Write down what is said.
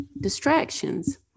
distractions